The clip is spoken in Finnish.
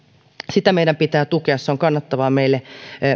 sitä meidän pitää tukea se on kannattavaa meille